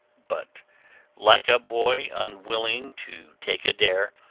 but like a boy unwilling to take a dare,